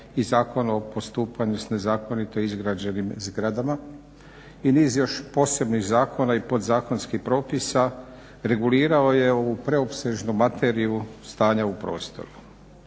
i Zakon o postupanju s nezakonito izgrađenim zgradama. I niz još posebnih zakona i podzakonskih propisa regulirao je u preopsežnu materiju stanja u prostoru.